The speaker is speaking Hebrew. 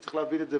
וצריך להבין את זה.